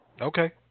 Okay